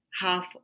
half